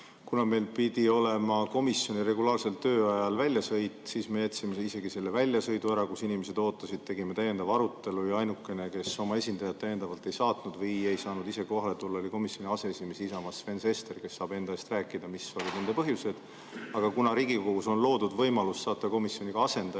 Meil pidi olema komisjoni regulaarsel tööajal väljasõit, aga me jätsime isegi selle väljasõidu ära, kus inimesed [meid] ootasid. Me tegime täiendava arutelu. Ainukene, kes oma esindajat ei saatnud ega saanud ka ise kohale tulla, oli komisjoni aseesimees Isamaast Sven Sester, kes saab enda eest rääkida, mis olid nende põhjused. Aga kuna Riigikogus on loodud võimalus saata komisjoni ka asendaja,